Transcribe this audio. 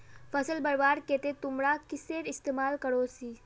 फसल बढ़वार केते तुमरा किसेर इस्तेमाल करोहिस?